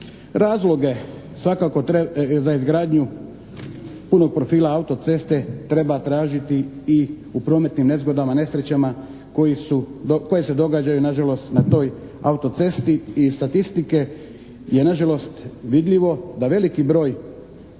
Razloge za izgradnju punog profila autoceste treba tražiti i u prometnim nezgodama, nesrećama koje se događaju na žalost na toj autocesti i iz statistike je na žalost vidljivo da veliki broj